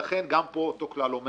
ולכן גם פה אותו כלל אומר